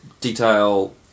detail